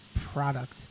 product